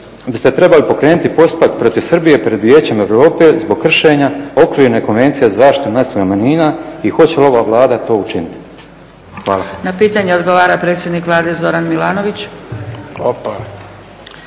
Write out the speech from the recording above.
biste trebali pokrenuti postupak protiv Srbije pred Vijećem Europe zbog kršenja okvirne konvencije za zaštitu nacionalnih manjina i hoće li ova Vlada to učiniti? Hvala. **Zgrebec, Dragica (SDP)** Na pitanje odgovara predsjednik Vlade Zoran Milanović.